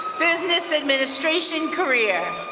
business administration career.